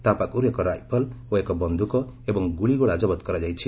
ତା' ପାଖରୁ ଏକ ରାଇଫଲ୍ ଓ ଏକ ବନ୍ଧୁକ ଏବଂ ଗୁଳିଗୁଳା ଜବତ କରାଯାଇଛି